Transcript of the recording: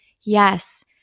yes